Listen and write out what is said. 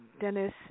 Dennis